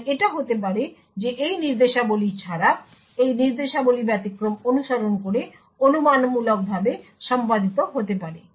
তাই এটা হতে পারে যে এই নির্দেশাবলী ছাড়া এই নির্দেশাবলী ব্যতিক্রম অনুসরণ করে অনুমানমূলকভাবে সম্পাদিত হতে পারে